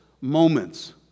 moments